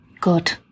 Good